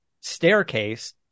staircase